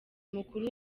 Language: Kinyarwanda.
mukuru